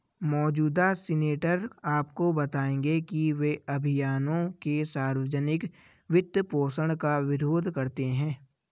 मौजूदा सीनेटर आपको बताएंगे कि वे अभियानों के सार्वजनिक वित्तपोषण का विरोध करते हैं